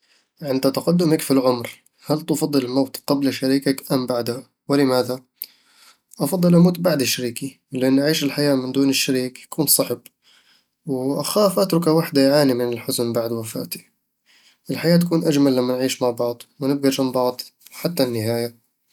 عند تقدمك في العُمر، هل تفضل الموت قبل شريكك أم بعده؟ ولماذا؟ أفضل أموت بعد شريكي، لأنّ عيش الحياة من دون الشريك يكون صعب وأخاف أتركه وحده يعاني من الحزن بعد وفاتي الحياة تكون أجمل لما نعيش مع بعض ونبقى جنب بعض حتى النهاية